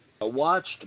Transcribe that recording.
watched